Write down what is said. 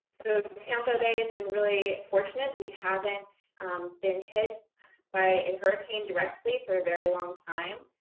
ah tampa bay has been really fortunate. we haven't been hit by a hurricane directly for a very long time.